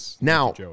Now